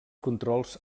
controls